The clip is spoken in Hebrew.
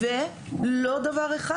ולא דבר אחד.